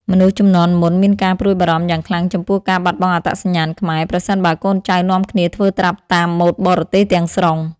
មនុស្សជំនាន់មុនមានការព្រួយបារម្ភយ៉ាងខ្លាំងចំពោះការបាត់បង់អត្តសញ្ញាណខ្មែរ ប្រសិនបើកូនចៅនាំគ្នាធ្វើត្រាប់តាមម៉ូដបរទេសទាំងស្រុង។